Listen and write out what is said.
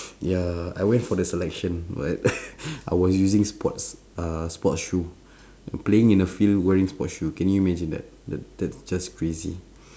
ya I went for the selection but I was using sports uh sport shoe playing in the field wearing sports shoe can you imagine that that that's just crazy